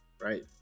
right